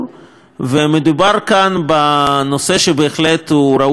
מדובר כאן בנושא שבהחלט ראוי להתייחסות.